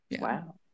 wow